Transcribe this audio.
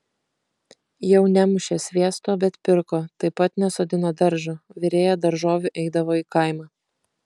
jau nemušė sviesto bet pirko taip pat nesodino daržo virėja daržovių eidavo į kaimą